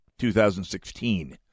2016